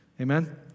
Amen